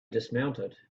dismounted